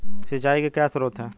सिंचाई के क्या स्रोत हैं?